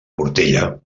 portella